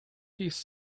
piece